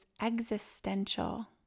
existential